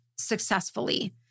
successfully